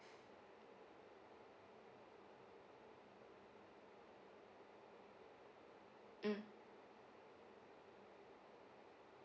mm